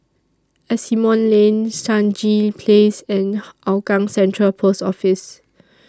Asimont Lane Stangee Place and Hougang Central Post Office